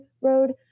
Road